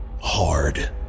hard